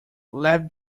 let